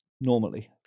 normally